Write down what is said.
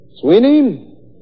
Sweeney